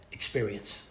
experience